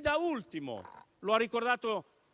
Da ultimo, come ha ricordato